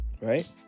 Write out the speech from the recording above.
right